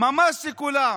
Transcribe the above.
ממש לכולם.